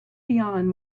beyond